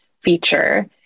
feature